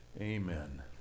Amen